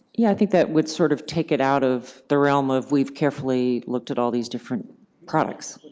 yeah i think that would sort of take it out of the realm of we've carefully looked at all these different products.